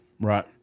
Right